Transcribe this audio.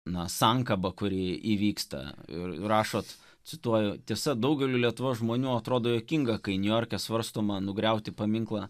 na sankabą kuri įvyksta ir rašot cituoju tiesa daugeliui lietuvos žmonių atrodo juokinga kai niujorke svarstoma nugriauti paminklą